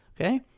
Okay